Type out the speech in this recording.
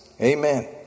Amen